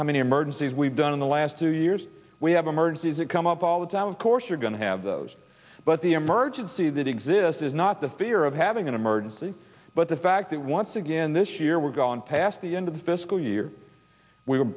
how many emergencies we've done in the last two years we have emergencies it come up all the talent course you're going to have those but the emergency that exists is not the fear of having an emergency but the fact that once again this year we've gone past the end of the fiscal year we